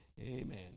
Amen